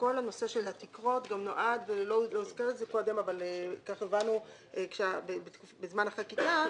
כל הנושא של התקרות נועד לא הוזכר קודם אבל כך הבנו בזמן החקיקה